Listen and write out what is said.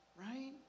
right